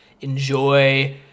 enjoy